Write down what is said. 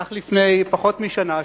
אך לפני פחות משנה,